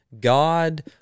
god